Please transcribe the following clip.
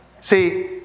See